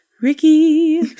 Ricky